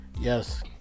yes